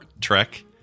Trek